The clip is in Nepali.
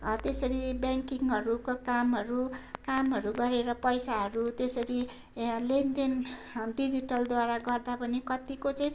त्यसरी ब्याङ्किङहरूको कामहरू कामहरू गरेर पैसाहरू त्यसरी यहाँ लेनदेन डिजिटलद्वारा गर्दा पनि कतिको चाहिँ